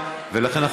ולכן אנחנו